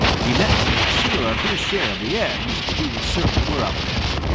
he meant to make sure of his share of the eggs he was certain were up there.